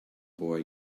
boy